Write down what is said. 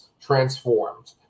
Transformed